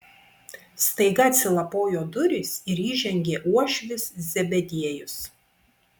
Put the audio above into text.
staiga atsilapojo durys ir įžengė uošvis zebediejus